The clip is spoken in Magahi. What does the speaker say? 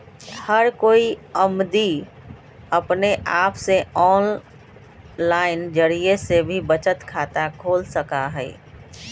हर कोई अमदी अपने आप से आनलाइन जरिये से भी बचत खाता खोल सका हई